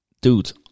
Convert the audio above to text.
dude